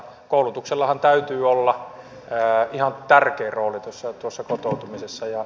koulutuksellahan täytyy olla ihan tärkeä rooli kotoutumisessa